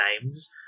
names